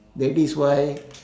that is why